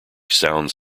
sounds